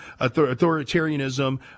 authoritarianism